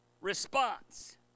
response